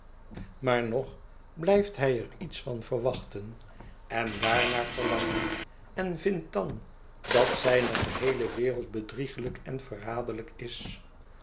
maar nog blijft hij er iets van verwachten en daarnaar verlangen en vindt dan dat zijne geheele wereld bedrieglijken verraderlijk is